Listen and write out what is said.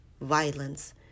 violence